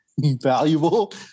valuable